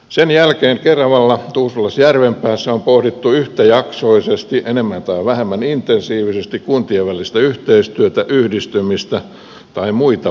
sen jälkeen keravalla tuusulassa ja järvenpäässä on pohdittu yhtäjaksoisesti enemmän tai vähemmän intensiivisesti kuntien välistä yhteistyötä yhdistymistä tai muita vaihtoehtoja